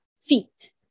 feet